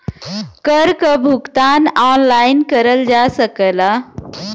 कर क भुगतान ऑनलाइन करल जा सकला